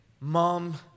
mom